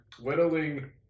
whittling